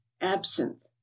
absinthe